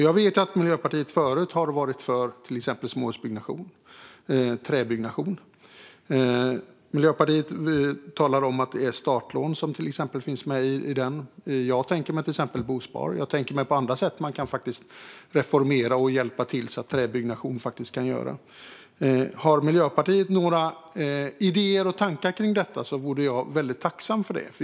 Jag vet att Miljöpartiet förut har varit för till exempel småhusbyggnation och träbyggnation. Miljöpartiet talar om att till exempel startlån kan finnas med här. Jag tänker mig till exempel bosparande och andra sätt att reformera och hjälpa till så att träbyggnation kan komma till stånd. Har Miljöpartiet några idéer och tankar kring detta vore jag väldigt tacksam.